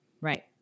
Right